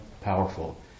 powerful